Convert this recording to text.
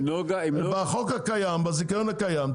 בזיכיון הקיים,